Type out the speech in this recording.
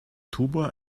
tumor